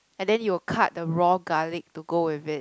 and then you'll cut the raw garlic to go with it